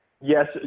Yes